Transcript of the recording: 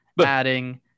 adding